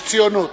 יש ציונות.